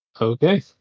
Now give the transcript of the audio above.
okay